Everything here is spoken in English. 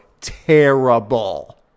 terrible